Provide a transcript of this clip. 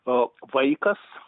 a vaikas